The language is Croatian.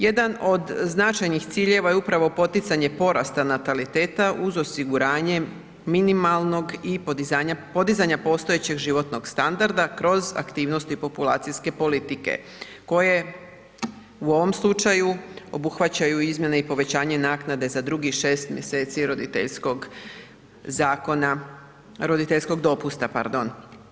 Jedan od značajnih ciljeva je upravo poticanje porasta nataliteta uz osiguranje minimalnog i podizanja postojećeg životnog standarda kroz aktivnosti populacijske politike koje u ovom slučaju obuhvaćaju izmjene i povećanje naknade za drugih 6 mj. roditeljskog zakona, roditeljskog dopusta, pardon.